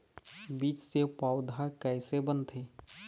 बीज से पौधा कैसे बनथे?